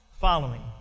following